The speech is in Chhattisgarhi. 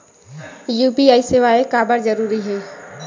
यू.पी.आई सेवाएं काबर जरूरी हे?